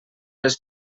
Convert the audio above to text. les